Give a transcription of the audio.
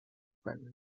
espalda